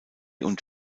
und